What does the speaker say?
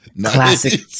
classic